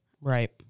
Right